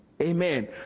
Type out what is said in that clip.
amen